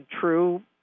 true